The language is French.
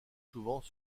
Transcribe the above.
souvent